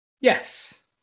Yes